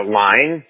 line